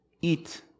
eat